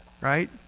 Right